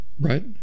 right